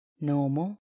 normal